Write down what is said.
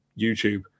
YouTube